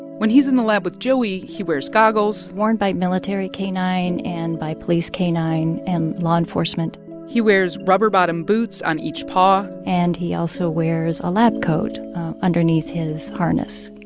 when he's in the lab with joey, he wears goggles. worn by military k nine and by police k nine and law enforcement he wears rubber bottom boots on each paw and he also wears a lab coat underneath his harness.